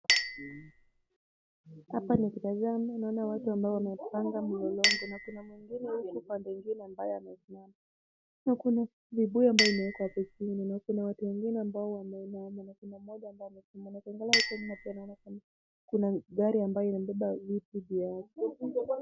Hapa nikitazama naona watu ambao wanapanga mlolongo na kuna mwingine yuko pande nyingine ambaye amesimama. Na kuna vibuyu ambayo imewekwa hapo chini na kuna watu wengine ambao wameinama na kuna mmoja ambaye amesimama na kuangalia huko nyuma pia naona kuna gari ambayo imebeba vitu juu yake.